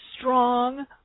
strong